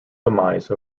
demise